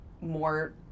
more